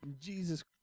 Jesus